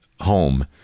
home